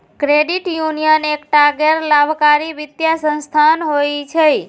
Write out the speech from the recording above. credit union एकटा गैर लाभकारी वित्तीय संस्थान होइ छै